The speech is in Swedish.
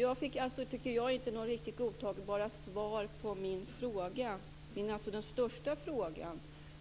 Jag tycker inte att jag har fått några riktigt godtagbara svar på min väsentliga fråga: